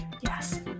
Yes